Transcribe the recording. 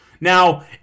Now